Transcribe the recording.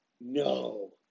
No